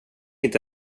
inte